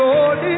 Lord